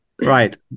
Right